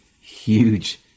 huge